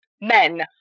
Men